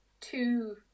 two